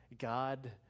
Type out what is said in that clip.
God